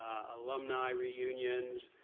alumni reunions,